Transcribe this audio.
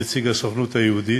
כנציג הסוכנות היהודית.